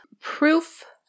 proof